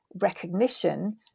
recognition